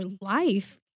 life